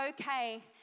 okay